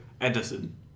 Edison